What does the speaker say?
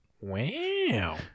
Wow